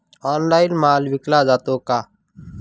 Online माल विकला जातो का?